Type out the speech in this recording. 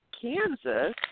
Kansas